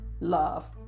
love